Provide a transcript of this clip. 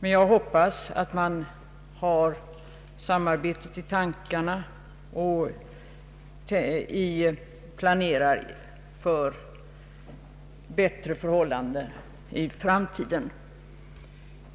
men jag hoppas att man har det i tankarna och planerar för bättre förhållanden i framtiden.